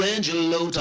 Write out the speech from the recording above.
Angelo